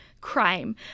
crime